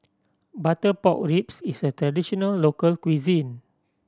butter pork ribs is a traditional local cuisine